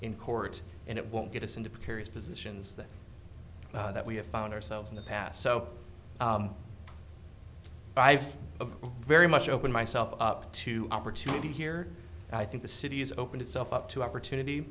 in court and it won't get us into precarious positions that that we have found ourselves in the past so i've a very much open myself up to opportunity here i think the city has opened itself up to opportunity